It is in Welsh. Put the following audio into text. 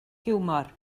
hiwmor